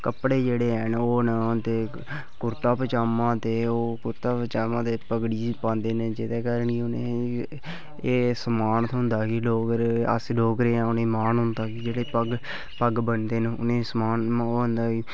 कपड़े जेह्ड़े हैन ओह् न ते कुर्ता पजामा ते ओह् कुर्ता पजामा ते पगड़ी पांदे न ते जेह्दे कारण एह् सम्मान थ्होंदा एह् लोग होर अस डोगरें आं एह् मान होंदा उ'नें ई जेह्ड़े पग्ग बनदे न उ'नेंई सम्मान मंगादा ई